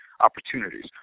opportunities